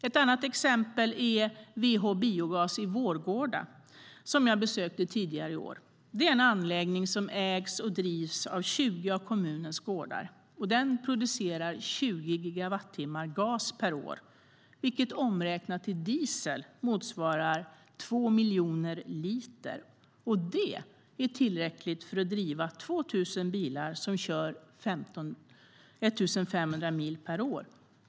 Ett annat exempel är VH Biogas i Vårgårda, som jag besökte tidigare i år. Det är en anläggning som ägs och drivs av 20 av kommunens gårdar. Den producerar 20 gigawattimmar gas per år, vilket omräknat till diesel motsvarar 2 miljoner liter. Det är tillräckligt för att driva 2 000 bilar som kör 1 500 mil per år.